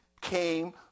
came